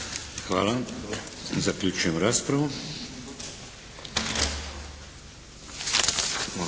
Hvala. Zaključujem raspravu.